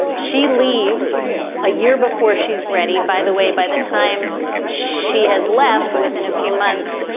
she leaves a year before she's ready by the way, by the time she has left, within a few months,